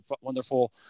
wonderful